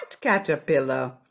caterpillar